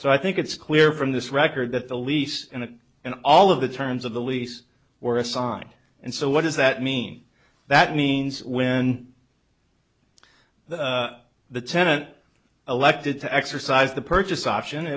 so i think it's clear from this record that the lease and and all of the terms of the lease or a sign and so what does that mean that means when the the tenant elected to exercise the purchase option